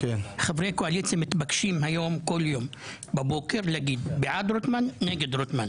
היום חברי קואליציה מתבקשים כל בוקר לומר בעד רוטמן או נגד רוטמן.